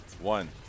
One